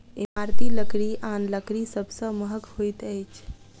इमारती लकड़ी आन लकड़ी सभ सॅ महग होइत अछि